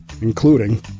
including